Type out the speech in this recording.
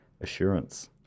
assurance